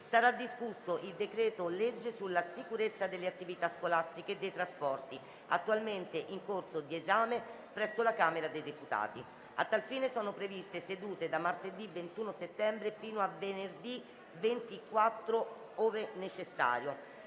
sarà discusso il decreto-legge sulla sicurezza delle attività scolastiche e dei trasporti, attualmente in corso di esame presso la Camera dei deputati. A tal fine sono previste sedute da martedì 21 settembre, fino a venerdì 24 settembre, ove necessario.